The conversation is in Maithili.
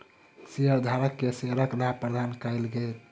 शेयरधारक के शेयरक लाभ प्रदान कयल गेल